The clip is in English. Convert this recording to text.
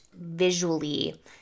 visually